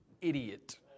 idiot